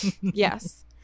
yes